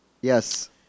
Yes